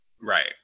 right